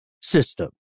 system